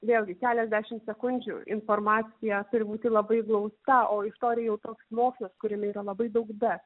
vėlgi keliasdešim sekundžių informacija turi būti labai glausta o istorija jau toks mokslas kuriame yra labai daug bet